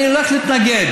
אני הולך להתנגד.